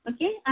Okay